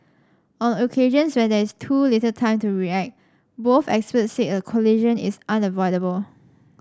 on occasions when there is too little time to react both experts said a collision is unavoidable